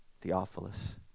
Theophilus